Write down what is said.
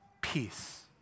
peace